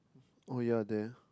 oh ya there